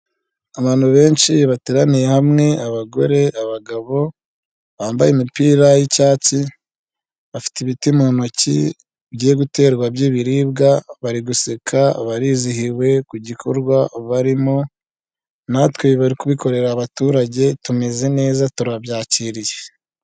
Abantu benshi bateraniye hamwe abagore, abagabo bambaye imipira y'icyatsi, bafite ibiti mu ntoki bigiye guterwa by'ibiribwa, bari guseka barizihiwe ku gikorwa barimo natwe barikorera abaturage tumeze neza turabyakiriye.